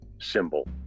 symbol